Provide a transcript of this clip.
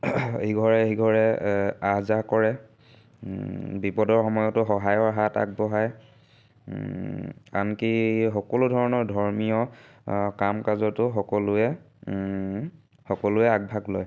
ইঘৰে সিঘৰে আহ যাহ কৰে বিপদৰ সময়তো সহায়ৰ হাত আগবঢ়ায় আনকি সকলো ধৰণৰ ধৰ্মীয় কাম কাজতো সকলোৱে সকলোৱে আগভাগ লয়